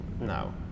now